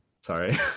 sorry